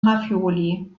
ravioli